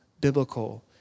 biblical